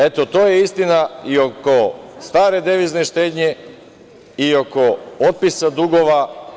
Eto, to je istina i oko stare devizne štednje i oko otpisa dugova.